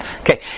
Okay